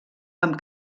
amb